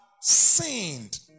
sinned